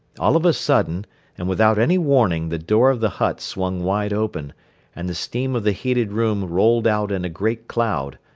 all of a sudden and without any warning the door of the hut swung wide open and the steam of the heated room rolled out in a great cloud,